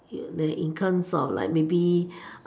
you may income for like maybe